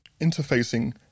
Interfacing